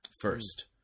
first